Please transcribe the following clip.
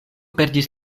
perdis